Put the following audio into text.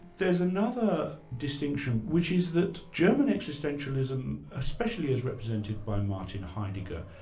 there's another distinction, which is that german existentialism, especially as represented by martin heidegger,